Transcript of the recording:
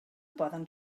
poden